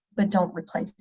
but don't replace